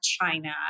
China